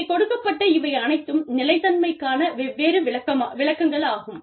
இங்கே கொடுக்கப்பட்ட இவை அனைத்தும் நிலைத்தன்மைக்கான வெவ்வேறு விளக்கங்களாகும்